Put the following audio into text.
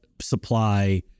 supply